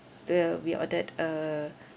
the uh we ordered uh